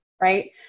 right